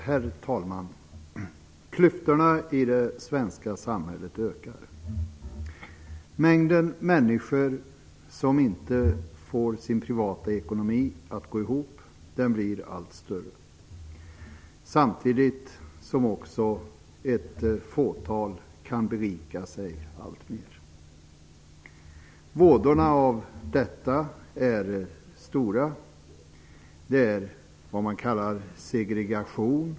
Herr talman! Klyftorna i det svenska samhället ökar. Antalet människor som inte får sin privata ekonomi att gå ihop blir allt större. Samtidigt blir ett fåtal ännu rikare. Vådorna av detta är stora. Det finns vad man kallar segregation.